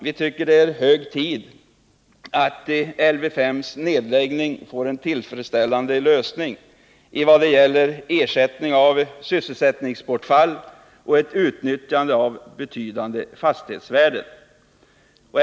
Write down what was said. Vi tycker det är hög tid att vid nedläggningen av Lv 5 få till stånd en tillfredsställande lösning av frågorna om ersättning för sysselsättningsbortfall och utnyttjande av de betydande fastighetsvärdena.